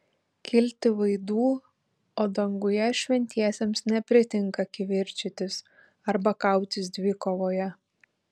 kilti vaidų o danguje šventiesiems nepritinka kivirčytis arba kautis dvikovoje